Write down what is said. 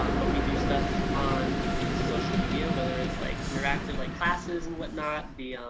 um but we do stuff on social media, whether it's like interactive like classes and whatnot.